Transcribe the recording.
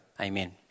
Amen